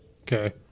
Okay